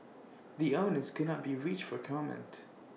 the owners could not be reached for comment